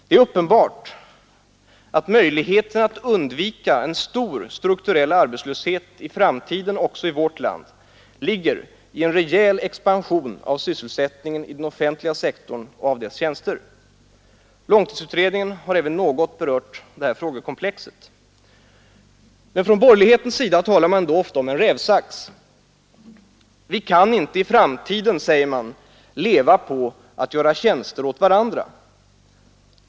Det är uppenbart att möjligheten att undvika en stor strukturell arbetslöshet i framtiden också i vårt land ligger i en reell expansion av sysselsättningen i den offentliga sektorn och av dess tjänster. Långtidsutredningen har även något berört det här frågekomplexet. Men från borgerlighetens sida talar man då ofta om en rävsax. Vi kan inte i framtiden, säger man, leva på att göra tjänster åt varandra.